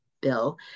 Bill